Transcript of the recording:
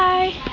Bye